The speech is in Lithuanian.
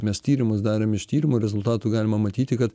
mes tyrimus darėm iš tyrimų rezultatų galima matyti kad